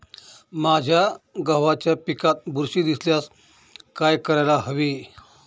माझ्या गव्हाच्या पिकात बुरशी दिसल्यास काय करायला हवे?